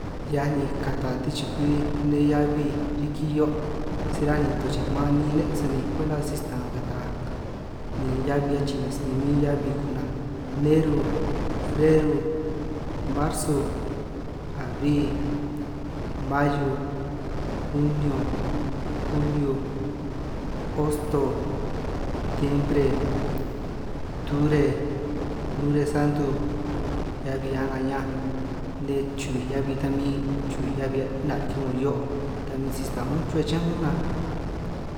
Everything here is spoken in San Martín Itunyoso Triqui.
Hiaj ni kata ti-chukwi nej heabi riki hio' si ráj ni to che maan niin' nej sani kwenta si-sta'anj kata ni heabi achii sinin min heabi ku'naj. Neru, freru, marsu, abri, mayu, junio, julio, hosto, stiembre, tubre, nuresantu, heabi a'ngaj ña'anj, nej chubij heabi ta min chubij heabi 'na' riki 'ngo hio' ta min si-stan'anj únj chuhua chiñán únj a.